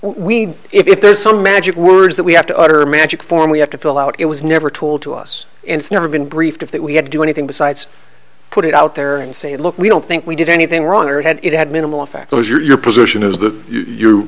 we if there's some magic words that we have to utter a magic form we have to fill out it was never told to us and it's never been briefed of that we had to do anything besides put it out there and say look we don't think we did anything wrong or had it had minimal effect as your position is